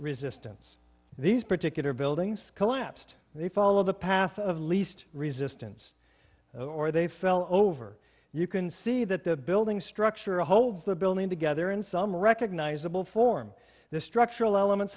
resistance these particular buildings collapsed and they follow the path of least resistance or they fell over you can see that the building structure holds the building together in some recognizable form the structural elements